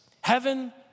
heaven